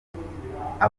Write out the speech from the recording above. avuga